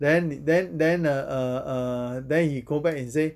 then then then err err err then he go back and he say